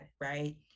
right